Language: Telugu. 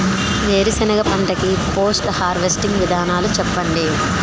వేరుసెనగ పంట కి పోస్ట్ హార్వెస్టింగ్ విధానాలు చెప్పండీ?